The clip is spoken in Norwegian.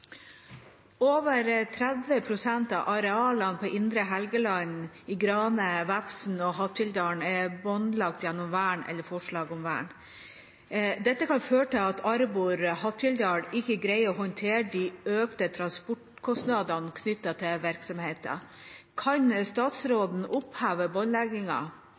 er båndlagt gjennom vern eller forslag om vern. Dette kan føre til at Arbor-Hattfjelldal ikke greier å håndtere de økte transportkostnadene knyttet til virkeleveransene. Kan statsråden oppheve